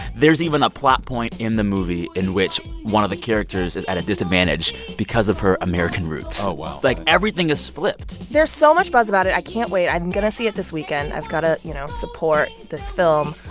there's even a plot point in the movie in which one of the characters is at a disadvantage because of her american roots oh, wow like, everything is flipped there's so much buzz about it. i can't wait. i'm going to see it this weekend. i've got to, you know, support this film.